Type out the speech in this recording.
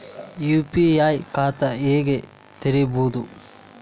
UPI ಖಾತಾ ಹೆಂಗ್ ತೆರೇಬೋದು?